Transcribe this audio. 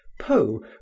poe